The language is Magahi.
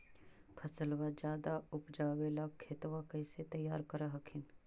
फसलबा ज्यादा उपजाबे ला खेतबा कैसे तैयार कर हखिन?